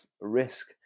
risk